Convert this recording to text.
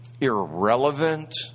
irrelevant